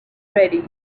ready